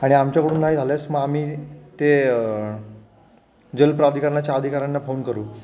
आणि आमच्याकडून नाही झाल्यास मग आम्ही ते जलप्राधिकरणाच्या अधिकाऱ्यांना फोन करू